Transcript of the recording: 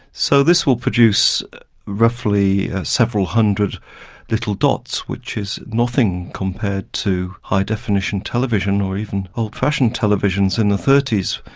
so this will produce roughly several hundred little dots, which is nothing compared to high definition television, or even old fashioned televisions in the thirty s.